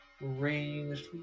ranged